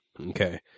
Okay